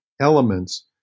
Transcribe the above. elements